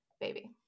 baby